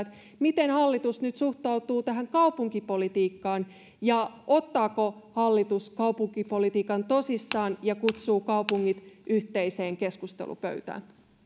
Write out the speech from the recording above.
miten hallitus nyt suhtautuu tähän kaupunkipolitiikkaan ja ottaako hallitus kaupunkipolitiikan tosissaan ja kutsuu kaupungit yhteiseen keskustelupöytään